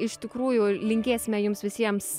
iš tikrųjų linkėsime jums visiems